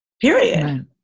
period